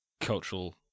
cultural